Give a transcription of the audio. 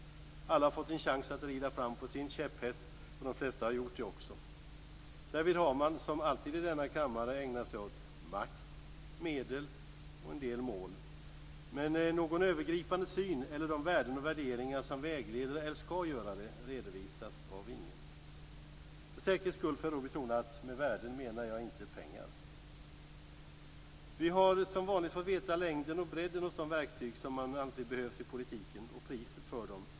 Alla har fått en chans att rida fram på sin käpphäst, och de flesta har gjort det också. Därvid har man - som alltid i denna kammare - ägnat sig åt makt, medel och en del mål. Men någon övergripande syn, eller de värden och värderingar som vägleder, eller skall göra det, redovisas inte av någon. För säkerhets skull får jag betona att med värden menar jag inte pengar. Vi har som vanligt fått veta längden och bredden hos de verktyg som man nu anser behövs i politiken och priset på dem.